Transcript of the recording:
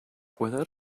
without